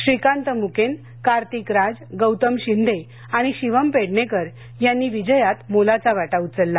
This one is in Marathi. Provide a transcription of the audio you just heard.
श्रीकांत मुकेन कार्तिक राज गौतम शिंदे आणि शिवम पेडणेकर यांनी विजयात मोलाचा वाटा उचलला